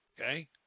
okay